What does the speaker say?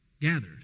gathered